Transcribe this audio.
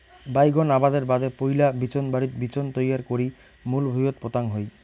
বাইগোন আবাদের বাদে পৈলা বিচোনবাড়িত বিচোন তৈয়ার করি মূল ভুঁইয়ত পোতাং হই